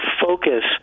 focus